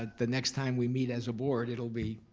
the next time we meet as a board, it'll be